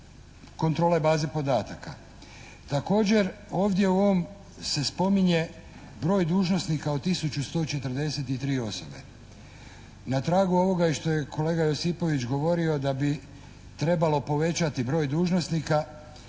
kontrole baze podataka. Također ovdje u ovom se spominje broj dužnosnika od tisuću 143 osobe. Na tragu ovoga i što je kolega Josipović govorio, da bi trebalo povećati broj dužnosnika.